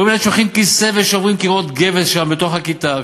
רואים ילדים שלוקחים כיסא ושוברים קירות גבס שם בתוך הכיתה,